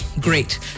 great